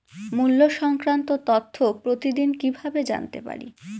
মুল্য সংক্রান্ত তথ্য প্রতিদিন কিভাবে জানতে পারি?